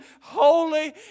holy